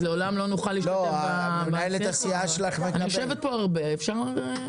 אז לעולם לא נוכל להשתתף --- אני יושבת פה הרבה אז אפשר לשלוח.